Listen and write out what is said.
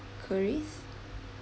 queries